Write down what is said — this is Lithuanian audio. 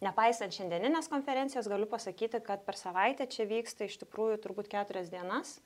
nepaisant šiandieninės konferencijos galiu pasakyti kad per savaitę čia vyksta iš tikrųjų turbūt keturias dienas